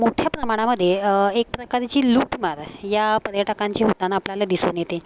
मोठ्या प्रमाणामध्ये एक प्रकारेची लूटमार या पर्यटकांची होताना आपल्याला दिसून येते